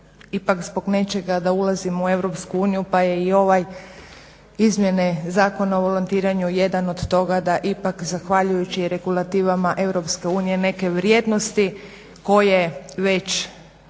ipak zbog nečega da ulazimo u EU, pa je i ovaj izmjene Zakona o volontiranju jedan od toga da ipak zahvaljujući regulativama EU neke vrijednosti koje već